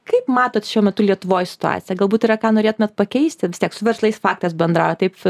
kaip matot šiuo metu lietuvoj situaciją galbūt yra ką norėtumėt pakeisti vis tiek su verslais faktas bendraujat taip